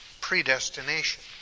predestination